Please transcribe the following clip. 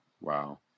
Wow